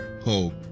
hope